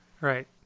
Right